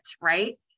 right